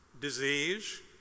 disease